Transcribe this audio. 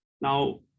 Now